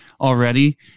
already